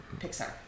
Pixar